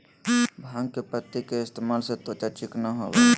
भांग के पत्ति के इस्तेमाल से त्वचा चिकना होबय हइ